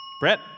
Brett